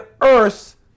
earth